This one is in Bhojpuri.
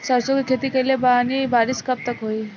सरसों के खेती कईले बानी बारिश कब तक होई?